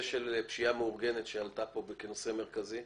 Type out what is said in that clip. של פשיעה מאורגנת שעלה כאן כנושא מרכזי?